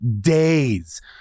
days